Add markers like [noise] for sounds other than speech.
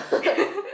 [laughs]